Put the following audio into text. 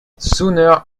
sooner